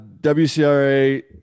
WCRA